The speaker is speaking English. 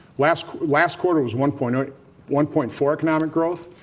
last last quarter was one point one point four economic growth.